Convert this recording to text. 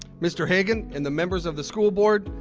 mr. hagen and the members of the school board,